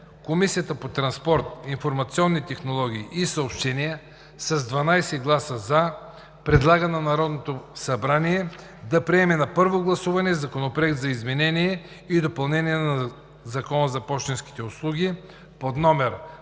Комисията по транспорт, информационни технологии и съобщения с 12 гласа „за“ предлага на Народното събрание да приеме на първо гласуване Законопроект за изменение и допълнение на Закона за пощенските услуги, №